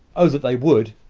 oh, that they would!